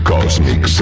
Cosmic